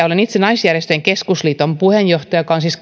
olen itse naisjärjestöjen keskusliiton puheenjohtaja joka on siis